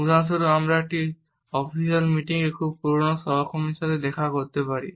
উদাহরণস্বরূপ আমরা একটি অফিসিয়াল মিটিংয়ে খুব পুরানো সহকর্মীর সাথে দেখা করতে পারি